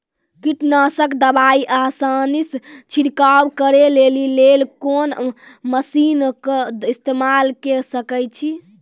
कीटनासक दवाई आसानीसॅ छिड़काव करै लेली लेल कून मसीनऽक इस्तेमाल के सकै छी?